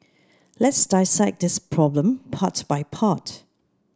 let's dissect this problem part by part